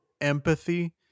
empathy